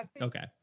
Okay